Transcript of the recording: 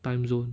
timezone